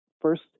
First